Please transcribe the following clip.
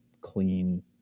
clean